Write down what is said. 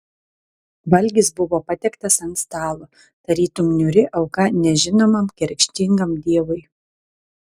valgis buvo patiektas ant stalo tarytum niūri auka nežinomam kerštingam dievui